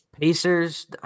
Pacers